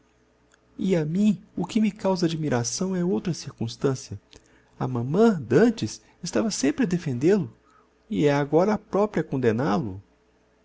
e a mim o que me causa admiração é outra circumstancia a mamã d'antes estava sempre a defendêl o e é agora a propria